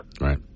Right